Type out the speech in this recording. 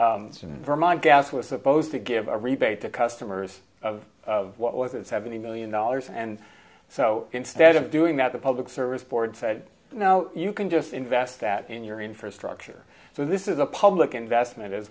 it's in vermont gas was supposed to give a rebate to customers what was it seventy million dollars and so instead of doing that the public service board said now you can just invest that in your infrastructure so this is a public investment as